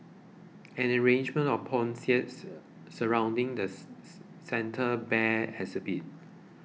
an arrangement of poinsettias surrounding the Santa Bear exhibit